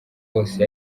hose